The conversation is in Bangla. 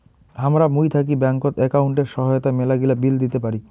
হামরা মুই থাকি ব্যাঙ্কত একাউন্টের সহায়তায় মেলাগিলা বিল দিতে পারি